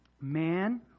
Man